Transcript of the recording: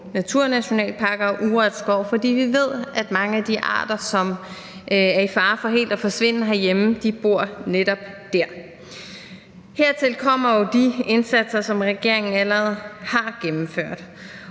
naturnationalparker og urørt skov, fordi vi ved, at mange af de arter, som er i fare for helt at forsvinde herhjemme, netop bor der. Hertil kommer jo de indsatser, som regeringen allerede har gennemført,